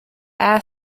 air